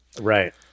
right